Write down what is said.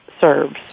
serves